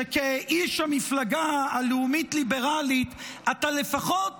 שכאיש המפלגה הלאומית-ליברלית אתה לפחות